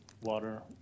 water